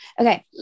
Okay